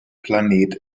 planet